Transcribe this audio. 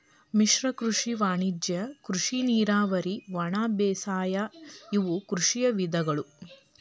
ಮಿಶ್ರ ಕೃಷಿ ವಾಣಿಜ್ಯ ಕೃಷಿ ನೇರಾವರಿ ಒಣಬೇಸಾಯ ಇವು ಕೃಷಿಯ ವಿಧಗಳು